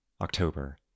October